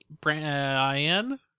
brian